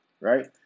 right